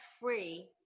free